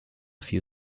few